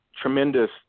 tremendous